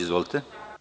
Izvolite.